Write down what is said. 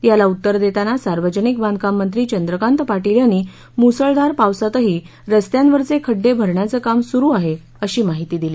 याला उत्तर देताना सार्वजनिक बांधकाम मंत्री चंद्रकांत पाटील यांनी मुसळधार पावसातही रस्त्यांवरचे खड्डे भरण्याचं काम सुरू आहे अशी माहिती दिली